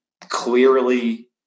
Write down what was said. clearly